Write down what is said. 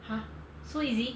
!huh! so easy